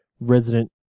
resident